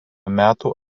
metų